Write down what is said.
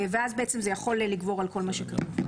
ואז בעצם זה יכול לגבור על כל מה שכרוך בזה.